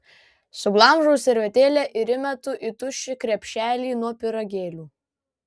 suglamžau servetėlę ir įmetu į tuščią krepšelį nuo pyragėlių